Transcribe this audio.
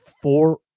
four